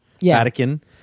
Vatican